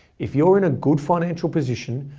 if you're in a good financial position,